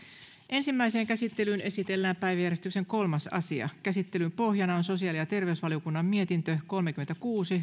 ensimmäiseen käsittelyyn esitellään päiväjärjestyksen kolmas asia käsittelyn pohjana on sosiaali ja terveysvaliokunnan mietintö kolmekymmentäkuusi